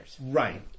right